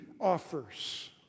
offers